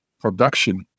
production